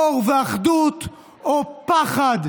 אור ואחדות או פחד,